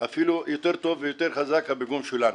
אפילו יותר טוב ויותר חזק הפיגום שלנו.